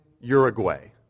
Uruguay